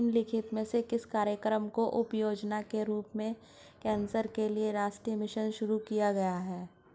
निम्नलिखित में से किस कार्यक्रम को उपयोजना के रूप में कैंसर के लिए राष्ट्रीय मिशन शुरू किया गया है?